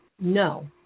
No